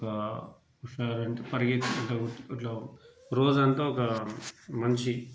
ఒక హుషారంటే పరిగెత్తి కాబట్టి ఇట్లా రోజంతా ఒక మంచి